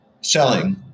selling